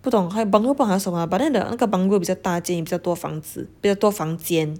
不懂 bungalow 还有什么 but then the 那个 bungalow 比较大间比较多房子比较多房间